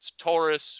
Taurus